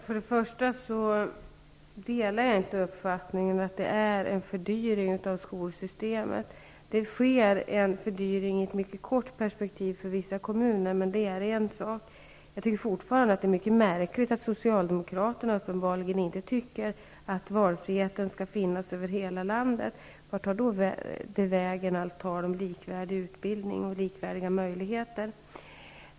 Fru talman! För det första delar jag inte uppfattningen att förslaget innebär en fördyring av skolsystemet. Det blir dock en fördyring i ett mycket kort perspektiv för vissa kommuner, men det är en sak. Jag tycker fortfarande att det är mycket märkligt att Socialdemokraterna uppenbarligen inte tycker att valfriheten skall finnas över hela landet. Vart tar då talet om likvärdig utbildning och likvärdiga möjligheter vägen?